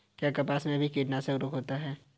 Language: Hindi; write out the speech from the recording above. क्या कपास में भी कीटनाशक रोग होता है?